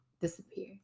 disappear